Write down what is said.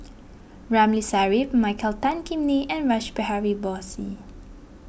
Ramli Sarip Michael Tan Kim Nei and Rash Behari Bose